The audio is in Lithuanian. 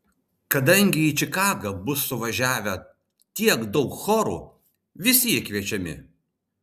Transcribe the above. kadangi į čikagą bus suvažiavę tiek daug chorų visi jie kviečiami